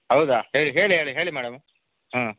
ಹೌದ ಹೇಳಿ ಹೇಳಿ ಹೇಳಿ ಹೇಳಿ ಮೇಡಮ್ ಹ್ಞೂ